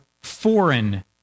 foreign